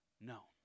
No